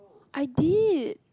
I did